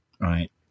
Right